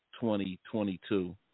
2022